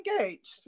engaged